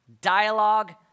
dialogue